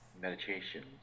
meditation